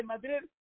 Madrid